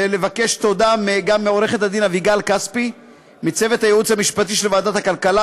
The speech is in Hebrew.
ולומר תודה גם לעו"ד אביגל כספי מצוות הייעוץ המשפטי של ועדת הכלכלה,